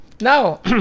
now